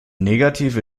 negative